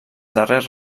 darrers